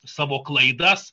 savo klaidas